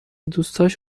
دوستاش